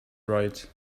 right